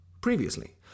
previously